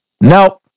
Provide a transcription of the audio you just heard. Nope